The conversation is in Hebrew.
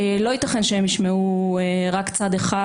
לא ייתכן שהם ישמעו רק צד אחד,